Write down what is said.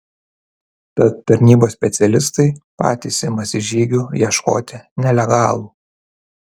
tad tarnybos specialistai patys imasi žygių ieškoti nelegalų